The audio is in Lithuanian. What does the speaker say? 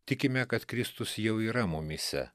tikime kad kristus jau yra mumyse